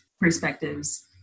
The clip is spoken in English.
perspectives